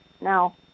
Now